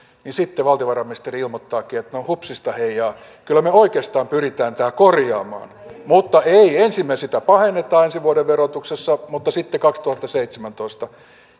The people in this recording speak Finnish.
niin sitten valtiovarainministeri ilmoittaakin no hupsista heijaa kyllä me oikeastaan pyrimme tämän korjaamaan ensin me sitä pahennamme ensi vuoden verotuksessa mutta sitten kaksituhattaseitsemäntoista